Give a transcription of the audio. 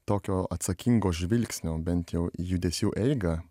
tokio atsakingo žvilgsnio bent jau į judesių eigą